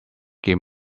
give